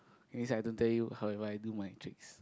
means I don't tell you how have I do my tricks